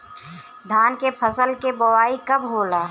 धान के फ़सल के बोआई कब होला?